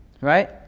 right